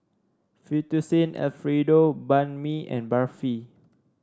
Fettuccine Alfredo Banh Mi and Barfi